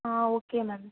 ah okay ma'am